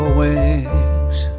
wings